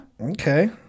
Okay